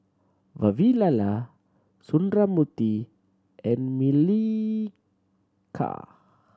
Vavilala Sundramoorthy and Milkha